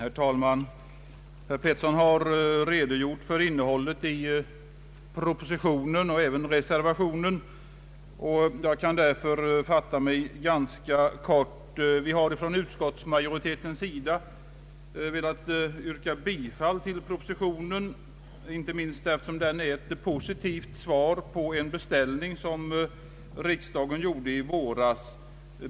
Herr talman! Herr Pettersson har redogjort för innehållet i såväl propositionen som reservationen, och jag kan därför fatta mig kort. Utskottsmajoriteten tillstyrker propositionens förslag inte minst därför att propositionen är ett positivt svar på en beställning som riksdagen gjorde i våras.